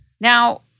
Now